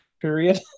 period